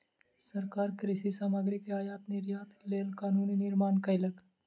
सरकार कृषि सामग्री के आयात निर्यातक लेल कानून निर्माण कयलक